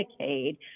Medicaid